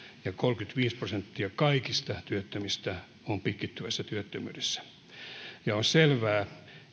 ja kolmekymmentäviisi prosenttia kaikista työttömistä on pitkittyneessä työttömyydessä on selvää